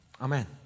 Amen